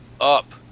up